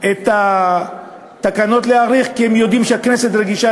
להאריך את התקנות כי הם יודעים שהכנסת רגישה